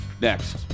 next